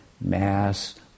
mass